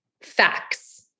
Facts